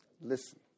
Listen